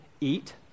eat